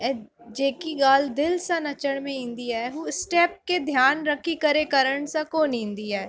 ऐं जेकी ॻाल्हि दिलि सां नचण में ईंदी आहे हू स्टैप के ध्यान रखी करे करण सां कोन ईंदी आहे